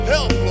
Help